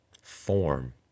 form